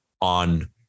on